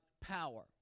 power